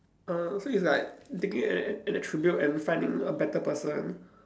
err so it's like taking an an attribute and finding a better person